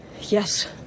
Yes